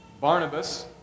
Barnabas